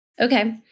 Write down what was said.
Okay